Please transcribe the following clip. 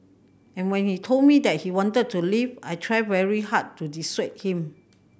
and when he told me that he wanted to leave I tried very hard to dissuade him